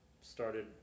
Started